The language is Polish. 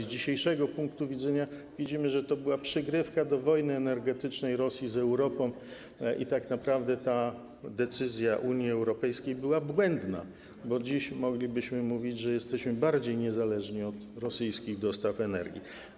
Z dzisiejszego punktu widzenia widzimy, że to była przygrywka do wojny energetycznej Rosji z Europą i że tak naprawdę ta decyzja Unii Europejskiej była błędna, bo dziś moglibyśmy mówić, że jesteśmy bardziej niezależni od rosyjskich dostaw energii.